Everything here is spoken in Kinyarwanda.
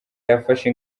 yafashe